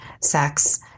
sex